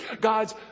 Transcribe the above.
God's